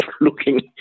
looking